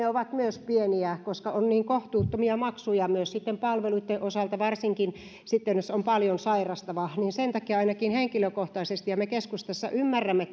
ovat pieniä on niin kohtuuttomia maksuja myös palveluitten osalta varsinkin jos on paljon sairastava sen takia ainakin henkilökohtaisesti ja me keskustassa ymmärrämme